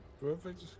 perfect